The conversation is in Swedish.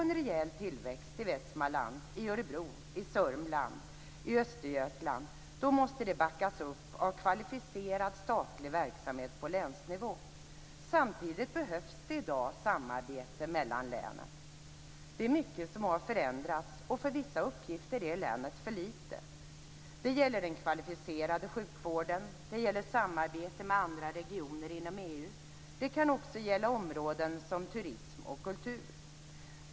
En rejäl tillväxt i Västmanland, i Örebro, i Sörmland och i Östergötland måste backas upp av kvalificerat statlig verksamhet på länsnivå. Samtidigt behövs det i dag samarbete mellan länen. Det är mycket som har förändrats. För vissa uppgifter är länet för litet. Det gäller den kvalificerade sjukvården. Det gäller samarbete med andra regioner inom EU. Det kan också gälla områden som turism och kultur.